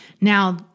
Now